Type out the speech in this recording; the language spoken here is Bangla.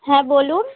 হ্যাঁ বলুন